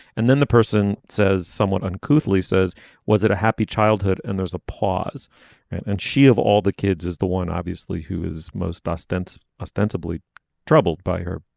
and then the person says somewhat uncouth leigh says was it a happy childhood. and there's a pause and she of all the kids is the one obviously who is most dustin's ostensibly troubled by her